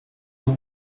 uma